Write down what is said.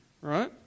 right